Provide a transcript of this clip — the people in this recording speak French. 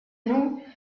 nous